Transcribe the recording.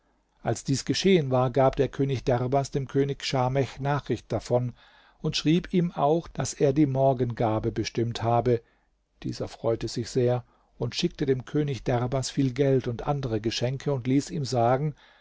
als dies geschehen war gab der könig derbas dem könig schamech nachricht davon und schrieb ihm auch daß er die morgengabe bestimmt habe dieser freute sich sehr und schickte dem könig derbas viel geld und andere geschenke und ließ ihm sagen